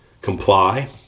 comply